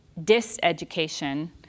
diseducation